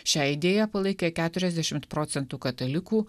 šią idėją palaikė keturiasdešimt procentų katalikų